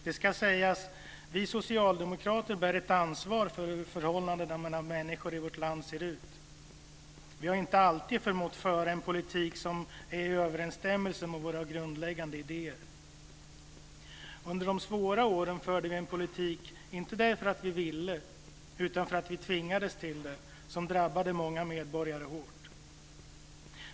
Det ska sägas att vi socialdemokrater bär ett ansvar för hur förhållandena mellan människor i vårt land ser ut. Vi har inte alltid förmått att föra en politik som är i överensstämmelse med våra grundläggande idéer. Under de svåra åren förde vi en politik, inte därför att vi ville utan därför att vi tvingades till det, som drabbade många medborgare hårt.